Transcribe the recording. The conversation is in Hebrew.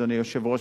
אדוני היושב-ראש,